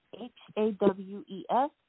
H-A-W-E-S